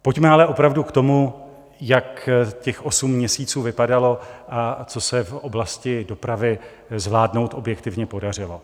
Pojďme ale opravdu k tomu, jak těch osm měsíců vypadalo a co se v oblasti dopravy zvládnout objektivně podařilo.